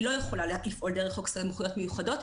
היא לא יכולה לפעול דרך חוק סמכויות מיוחדות,